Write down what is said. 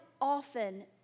often